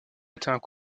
étaient